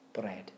bread